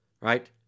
right